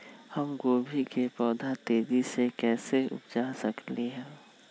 हम गोभी के पौधा तेजी से कैसे उपजा सकली ह?